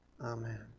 Amen